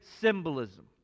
symbolism